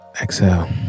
Exhale